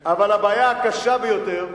בוא, בוא, עד שאני אפול,